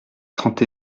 trente